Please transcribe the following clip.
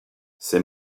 ces